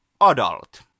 adult